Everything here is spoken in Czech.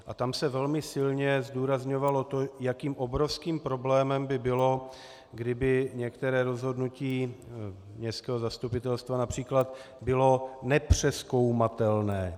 A tam se velmi silně zdůrazňovalo to, jakým obrovským problémem by bylo, kdyby některé rozhodnutí např. městského zastupitelstva bylo nepřezkoumatelné.